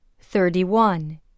thirty-one